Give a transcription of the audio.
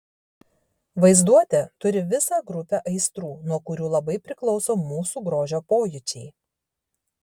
vaizduotė turi visą grupę aistrų nuo kurių labai priklauso mūsų grožio pojūčiai